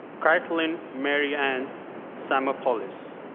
caitlin mary ann simopoulous.